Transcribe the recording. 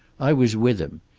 i was with him.